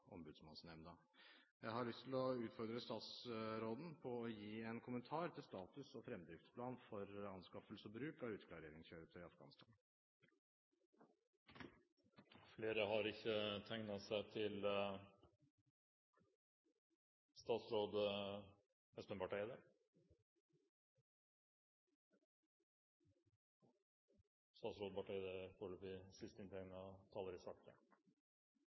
Jeg har lyst til å utfordre statsråden til å gi en kommentar til status og fremdriftsplan for anskaffelse og bruk av ruteklareringskjøretøy i Afghanistan. La meg først knytte en kommentar til